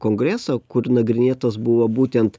kongreso kur nagrinėtos buvo būtent